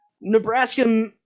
Nebraska